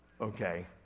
Okay